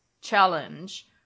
challenge